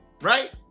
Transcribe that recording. Right